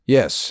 Yes